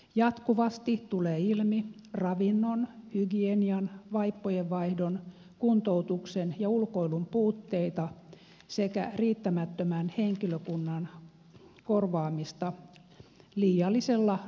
jatkuvasti tulee ilmi ravinnon hygienian vaippojen vaihdon kuntoutuksen ja ulkoilun puutteita sekä riittämättömän henkilökunnan korvaamista liiallisella lääkityksellä